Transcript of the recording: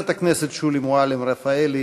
שולי מועלם-רפאלי